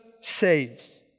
saves